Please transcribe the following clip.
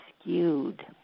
skewed